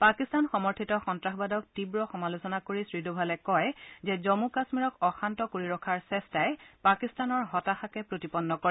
পাকিস্তান সমৰ্থিত সন্তাসবাদক তীৱ সমালোচনা কৰি শ্ৰী ডোভালে কয় যে জম্মু কাশ্মীৰক অশান্ত কৰি ৰখাৰ চেষ্টাই পাকিস্তানৰ হতাশাকে প্ৰতিপন্ন কৰে